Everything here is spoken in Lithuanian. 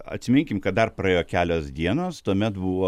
atsiminkim kad dar praėjo kelios dienos tuomet buvo